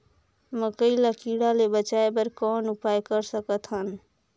मकई ल कीड़ा ले बचाय बर कौन उपाय कर सकत हन?